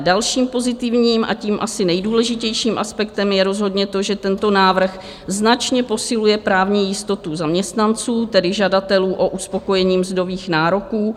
Dalším pozitivním a tím asi nejdůležitějším aspektem je rozhodně to, že tento návrh značně posiluje právní jistotu zaměstnanců, tedy žadatelů o uspokojení mzdových nároků.